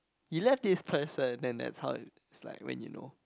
you left this person and that's how it's like when you know